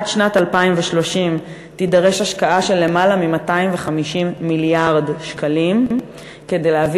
עד שנת 2030 תידרש השקעה של למעלה מ-250 מיליארד שקלים כדי להביא